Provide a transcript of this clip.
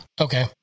Okay